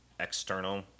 external